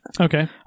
Okay